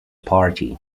party